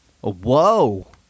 Whoa